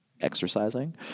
exercising